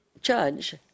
judge